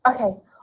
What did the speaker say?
Okay